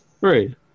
Right